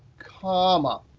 comma,